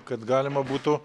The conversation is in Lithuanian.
kad galima būtų